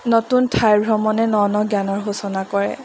নতুন ঠাই ভ্ৰমণে ন ন জ্ঞানৰ সূচনা কৰে